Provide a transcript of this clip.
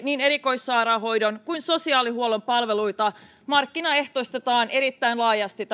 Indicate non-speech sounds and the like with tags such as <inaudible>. <unintelligible> niin erikoissairaanhoidon kuin sosiaalihuollon palveluita markkinaehtoistetaan erittäin laajasti <unintelligible>